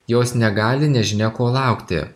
jos negali nežinia ko laukti